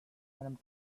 when